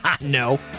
No